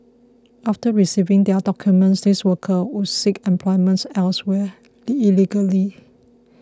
after receiving their documents these workers would then seek employment elsewhere illegally